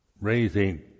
raising